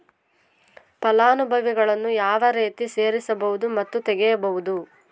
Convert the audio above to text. ಫಲಾನುಭವಿಗಳನ್ನು ಯಾವ ರೇತಿ ಸೇರಿಸಬಹುದು ಮತ್ತು ತೆಗೆಯಬಹುದು?